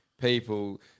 people